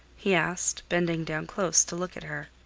he asked, bending down close to look at her.